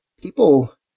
people